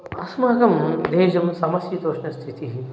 अस्माकं देशं समशीतोष्णस्थितिः